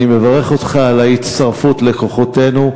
אני מברך אותך על ההצטרפות לכוחותינו.